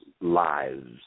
lives